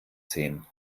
sehen